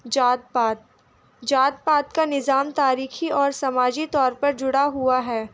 ذات پات ذات پات کا نظام تاریخی اور سماجی طور پر جڑا ہوا ہے